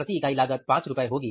प्रति इकाई लागत ₹5 होगी